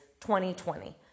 20-20